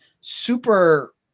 super